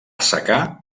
secà